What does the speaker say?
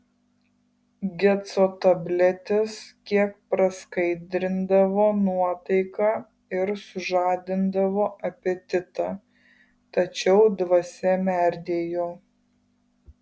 geco tabletės kiek praskaidrindavo nuotaiką ir sužadindavo apetitą tačiau dvasia merdėjo